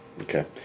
Okay